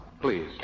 Please